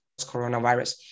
coronavirus